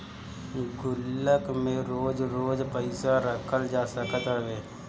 गुल्लक में रोज रोज पईसा रखल जा सकत हवे